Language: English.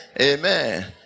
amen